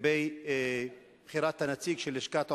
לגבי בחירת הנציג של לשכת עורכי-הדין,